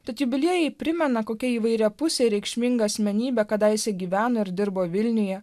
tad jubiliejai primena kokia įvairiapusė reikšminga asmenybė kadaise gyveno ir dirbo vilniuje